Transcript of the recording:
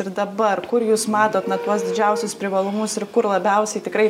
ir dabar kur jūs matot na tuos didžiausius privalumus ir kur labiausiai tikrai